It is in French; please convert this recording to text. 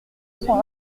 son